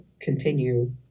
continue